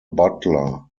butler